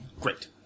Great